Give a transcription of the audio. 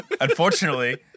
Unfortunately